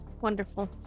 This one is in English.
Wonderful